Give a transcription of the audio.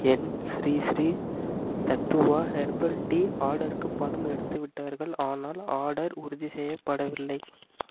என் Sri Sri Tattva herbal tea ஆர்டருக்கு பணம் எடுத்துவிட்டார்கள் ஆனால் ஆர்டர் உறுதி செய்யப்படவில்லை